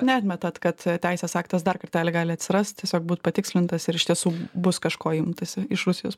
neatmetat kad teisės aktas dar kartelį gali atsirast tiesiog būt patikslintas ir iš tiesų bus kažko imtasi iš rusijos